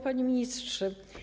Panie Ministrze!